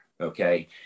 okay